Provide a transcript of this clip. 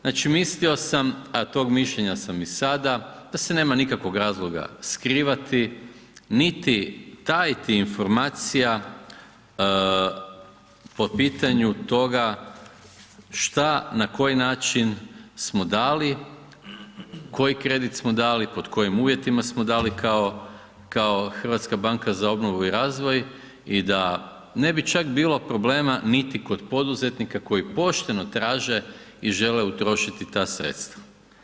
Znači mislio sam a tog mišljenja sam i sada da se nema nikakvog razloga skrivati niti tajiti informacija po pitanju toga šta na koji način smo dali, koji kredit smo dali, pod kojim uvjetima smo dali kao HBOR i da ne bi čak bilo problema niti kod poduzetnika koji pošteno traže i žele utrošiti ta sredstva.